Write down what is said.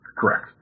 Correct